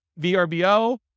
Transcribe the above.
VRBO